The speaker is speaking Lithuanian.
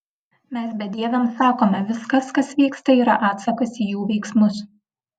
mes bedieviams sakome viskas kas vyksta yra atsakas į jų veiksmus